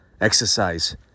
exercise